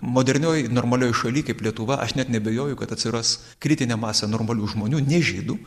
modernioj normalioj šalyj kaip lietuva aš net neabejoju kad atsiras kritinė masė normalių žmonių ne žydų